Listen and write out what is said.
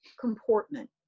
comportment